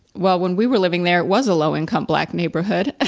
well, when we were living there, it was a low income black neighborhood. ah